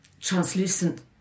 translucent